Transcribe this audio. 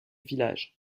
village